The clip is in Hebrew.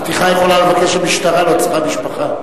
נתיחה יכולה לבקש המשטרה, לא צריכה משפחה.